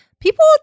People